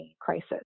crisis